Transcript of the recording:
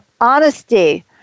honesty